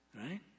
Right